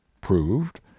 proved